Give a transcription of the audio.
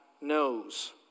knows